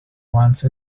once